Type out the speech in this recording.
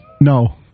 No